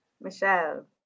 Michelle